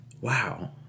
Wow